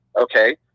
Okay